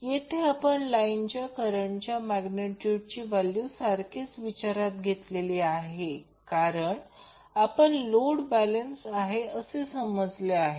येथे आपण लाईनच्या करंटची मॅग्नेट्यूड व्हॅल्यू सारखीच विचारात घेतलेली कारण आपण लोड बॅलेन्स आहे असे समजले आहे